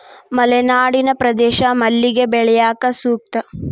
ಮಲೆನಾಡಿನ ಪ್ರದೇಶ ಮಲ್ಲಿಗೆ ಬೆಳ್ಯಾಕ ಸೂಕ್ತ